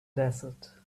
desert